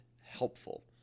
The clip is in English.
helpful